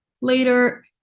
later